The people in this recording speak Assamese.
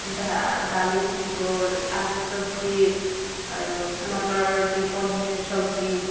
দালি থাকিব আলু চবজি আৰু মটৰ দি পনিৰ চবজি